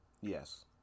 Yes